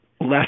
less